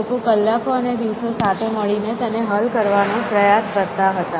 લોકો કલાકો અને દિવસો સાથે મળીને તેને હલ કરવાનો પ્રયાસ કરતા હતા